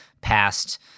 past